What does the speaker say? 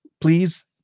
Please